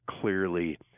clearly